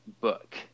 book